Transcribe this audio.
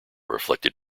reflected